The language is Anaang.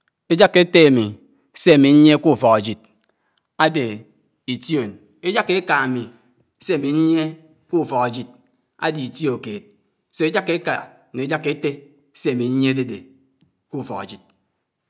Éjàká étté ámí sé ñyié k’ùfók ájìd ádé ítíòn. Éjàká éká ámí sé ámí ñyíé k’ùfók ájíd ádé ítíòkéd. So éjáká éká né éjáká étté sé ámí ñyíé ádédé k’ùfók ájid.